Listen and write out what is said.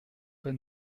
pas